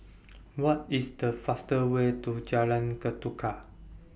What IS The faster Way to Jalan Ketuka